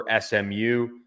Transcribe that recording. SMU